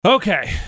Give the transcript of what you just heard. Okay